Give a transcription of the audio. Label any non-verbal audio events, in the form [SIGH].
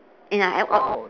and I I [NOISE]